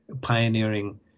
pioneering